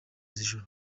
z’ijoro